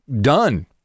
done